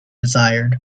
desired